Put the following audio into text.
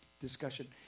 discussion